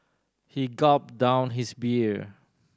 he gulped down his beer